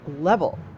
level